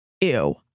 Ew